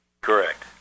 Correct